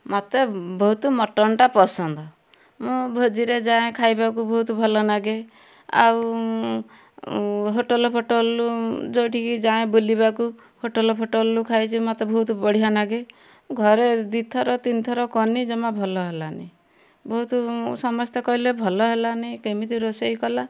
ମୋତେ ବହୁତ ମଟନଟା ପସନ୍ଦ ମୁଁ ଭୋଜିରେ ଯାଏଁ ଖାଇବାକୁ ବହୁତ ଭଲ ନାଗେ ଆଉ ହୋଟେଲ୍ ଫୋଟଲ୍ ଯେଉଁଠିକି ଯାଏଁ ବୁଲିବାକୁ ହୋଟେଲ୍ ଫୋଟଲ୍ରୁ ଖାଇଛି ମୋତେ ବହୁତ ବଢ଼ିଆ ନାଗେ ଘରେ ଦୁଇଥର ତିନିଥର କଲି ଜମା ଭଲ ହେଲାନି ବହୁତ ସମସ୍ତେ କହିଲେ ଭଲ ହେଲାନି କେମିତି ରୋଷେଇ କଲା